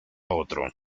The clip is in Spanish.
otro